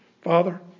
Father